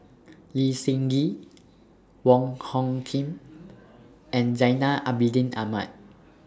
Lee Seng Gee Wong Hung Khim and Zainal Abidin Ahmad